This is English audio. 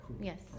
Yes